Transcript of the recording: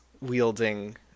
wielding